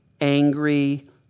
angry